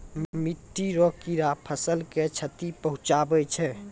मिट्टी रो कीड़े फसल के क्षति पहुंचाबै छै